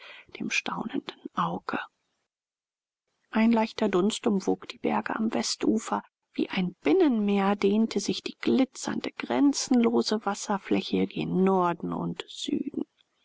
dem staunenden auge ein leichter dunst umwob die berge am westufer wie ein binnenmeer dehnte sich die glitzernde grenzenlose wasserfläche gen norden und süden